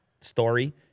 story